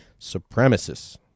supremacists